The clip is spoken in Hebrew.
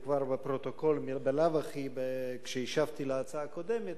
הוא כבר בפרוטוקול בלאו הכי כשהשבתי להצעה הקודמת,